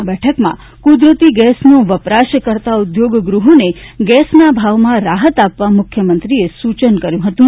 આ બેઠકમાં કુદરતી ગેસનો વપરાશ કરતાં ઉદ્યોગગૃહોને ગેસનાં ભાવમાં રાહત આપવા મુખ્યમંત્રીએ સુચન કર્યું હતું